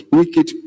wicked